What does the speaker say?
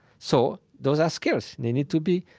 so those are skills. they need to be,